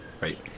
right